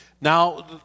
Now